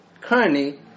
Currently